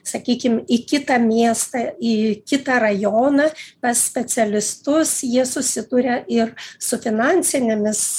sakykim į kitą miestą į kitą rajoną pas specialistus jie susiduria ir su finansinėmis